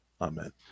amen